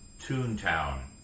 Toontown